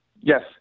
Yes